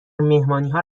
مهمانیها